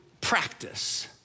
practice